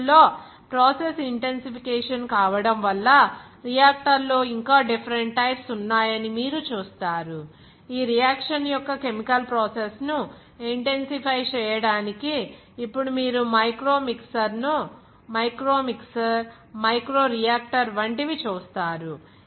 ఈ రోజుల్లో process intensification కావడం వల్ల రియాక్టర్లో ఇంకా డిఫెరెంట్ టైప్స్ ఉన్నాయని మీరు చూస్తారు ఈ రియాక్షన్ యొక్క కెమికల్ ప్రాసెస్ ను ఇంటెన్సి ఫై చేయడానికి ఇప్పుడు మీరు మైక్రోమిక్సర్ మైక్రో రియాక్టర్ వంటివి చూస్తారు